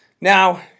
Now